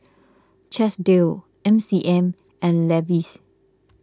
Chesdale M C M and Levi's